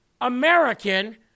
American